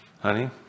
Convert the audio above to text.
honey